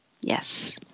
Yes